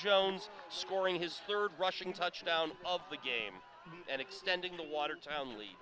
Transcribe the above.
jones scoring his third rushing touchdown of the game and extending the water